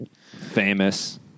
famous